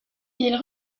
ils